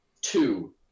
two